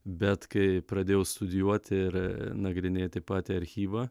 bet kai pradėjau studijuoti ir nagrinėti patį archyvą